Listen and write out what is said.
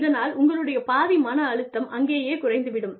இதனால் உங்களுடைய பாதி மன அழுத்தம் அங்கேயே குறைந்து விடும்